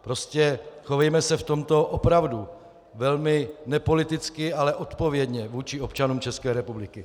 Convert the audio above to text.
Prostě chovejme se v tomto opravdu velmi nepoliticky, ale odpovědně vůči občanům České republiky.